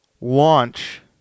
Launch